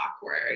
awkward